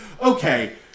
Okay